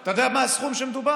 אתה יודע באיזה סכום שמדובר?